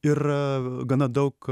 ir gana daug